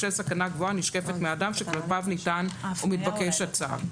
בשל סכנה גבוהה הנשקפת מאדם שכלפיו נטען ומתבקש הצו".